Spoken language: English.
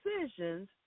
decisions